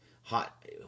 hot